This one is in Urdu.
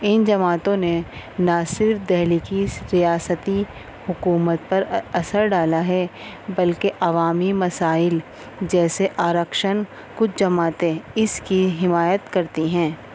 ان جماعتوں نے نا صرف دہلی کی ریاستی حکومت پر اثر ڈالا ہے بلکہ عوامی مسائل جیسے آرکشن کچھ جماعتیں اس کی حمایت کرتی ہیں